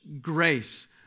grace